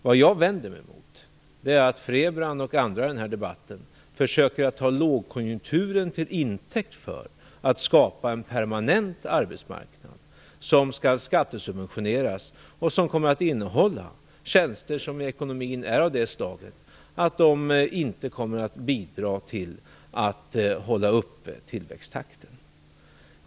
Vad jag vänder mig mot är att Rose-Marie Frebran och andra i den här debatten försöker ta lågkonjunkturen till intäkt för att skapa en permanent, skattesubventionerad, arbetsmarknad som kommer att innehålla tjänster som i ekonomin inte är av det slaget att de kommer att bidra till att hålla tillväxttakten uppe.